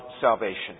salvation